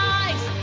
eyes